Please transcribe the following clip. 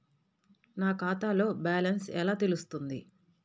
నా ఖాతాలో బ్యాలెన్స్ ఎలా తెలుస్తుంది?